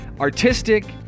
artistic